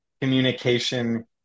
communication